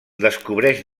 descobreix